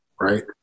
Right